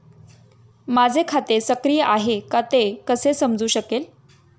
माझे खाते सक्रिय आहे का ते कसे समजू शकेल?